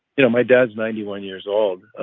you know, my dad's ninety one years old.